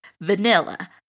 vanilla